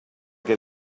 què